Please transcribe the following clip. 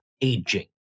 aging